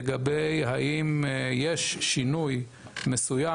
לגבי השאלה האם יש שינוי מסוים